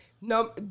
no